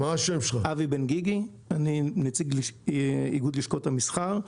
אני נציג לשכות המסחר,